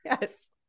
yes